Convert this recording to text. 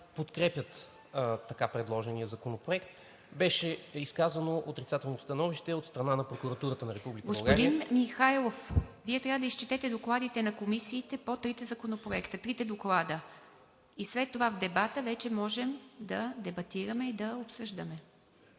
подкрепят така предложения законопроект. Беше изказано отрицателно становище от страна на Прокуратурата на Република България… ПРЕДСЕДАТЕЛ ИВА МИТЕВА: Господин Михайлов, Вие трябва да изчетете докладите на Комисията по трите законопроекта – трите доклада, и след това в дебата вече можем да дебатираме и да обсъждаме.